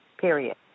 period